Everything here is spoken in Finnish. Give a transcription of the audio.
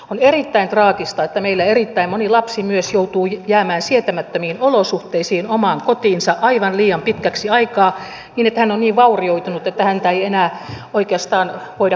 on erittäin traagista että meillä erittäin moni lapsi myös joutuu jäämään sietämättömiin olosuhteisiin omaan kotiinsa aivan liian pitkäksi aikaa niin että hän on niin vaurioitunut että häntä ei enää oikeastaan voida kuntouttaa juuri missään